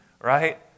right